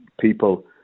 people